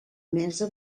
mesa